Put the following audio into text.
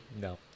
No